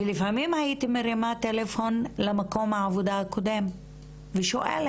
ולפעמים הייתי מרימה טלפון למקום העבודה הקודם ושואלת